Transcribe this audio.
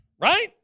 right